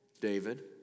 David